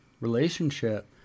relationship